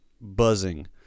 buzzing